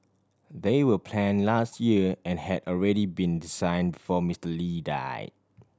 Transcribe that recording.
they will plan last year and had already been design before Mister Lee died